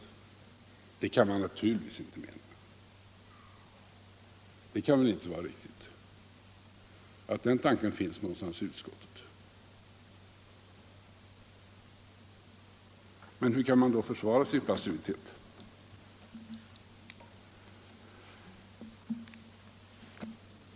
Det kan man naturligtvis inte mena. Det kan inte vara riktigt att den tanken finns hos någon i utskottet. Men hur kan man då försvara sin passivitet?